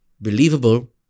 believable